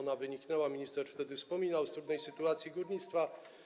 Ona wyniknęła, jak minister wtedy wspominał, z trudnej sytuacji górnictwa.